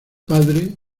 padre